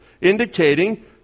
Indicating